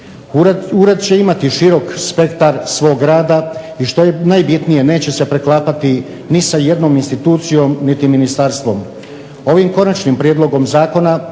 Ured će imati širok spektar svog rada i što je najbitnije neće se preklapati ni sa jednom institucijom, niti ministarstvom. Ovim konačnim prijedlogom zakona